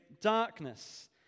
darkness